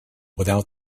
without